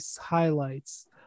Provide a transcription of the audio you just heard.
highlights